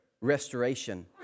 restoration